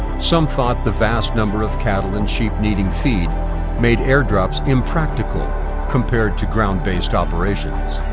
some thought the vast number of cattle and sheep needing feed made airdrops impractical compared to ground-based operations.